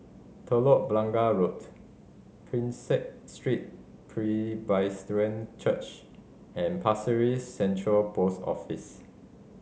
Telok Blangah Road Prinsep Street Presbyterian Church and Pasir Central Post Office